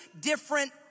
different